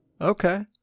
Okay